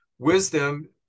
Wisdom